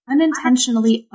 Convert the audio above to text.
Unintentionally